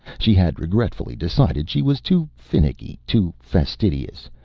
she had regretfully decided she was too finicky, too fastidious,